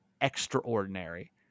extraordinary